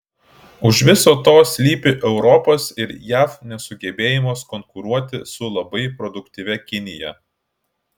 už viso to slypi europos ir jav nesugebėjimas konkuruoti su labai produktyvia kinija